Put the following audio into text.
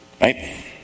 right